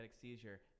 seizure